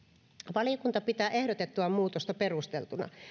valiokunta pitää ehdotettua muutosta perusteltuna